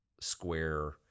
square